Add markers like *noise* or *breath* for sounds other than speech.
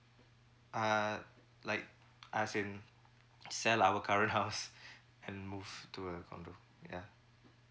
uh like as in sell our current house *breath* and move to a condo ya